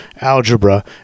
algebra